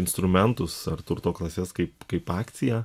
instrumentus ar turto klases kaip kaip akcija